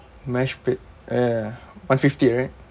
mashed po~ ya one fifty right